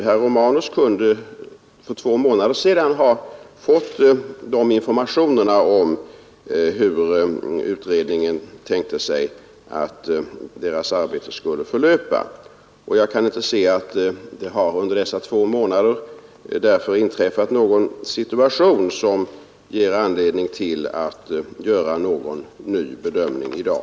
Herr Romanus kunde för två månader sedan ha fått de här informationerna om hur utredningen tänkte sig att dess arbete skulle förlöpa. Jag kan därför inte se att det under dessa två månader har inträffat någon situation som ger anledning till att göra någon ny bedömning i dag.